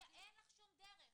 אין לך שום דרך.